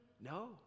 No